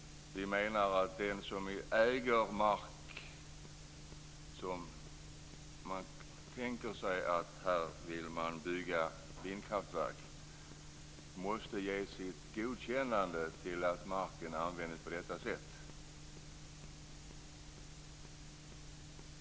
Vi menar att den som äger mark som man tänker sig att bygga vindkraftverk på måste ge sitt godkännande till att marken används på detta sätt.